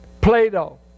Plato